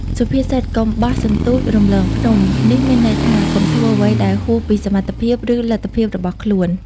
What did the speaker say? សុភាសិត កុំបោះសន្ទូចរំលងភ្នំ នេះមានន័យថា កុំធ្វើអ្វីដែលហួសពីសមត្ថភាព ឬលទ្ធភាពរបស់ខ្លួន។